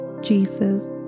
Jesus